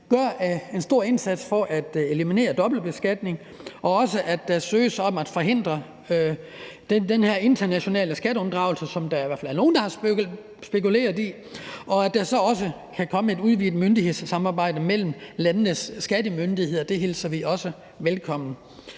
gør en stor indsats for at eliminere dobbeltbeskatning, og også, at man søger at forhindre den internationale skatteunddragelse, som i hvert fald nogle har spekuleret i. At der så også kan komme et udvidet myndighedssamarbejde mellem landenes skattemyndigheder, hilser vi også velkommen.